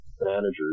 managers